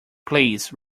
please